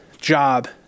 job